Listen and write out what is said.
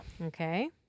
Okay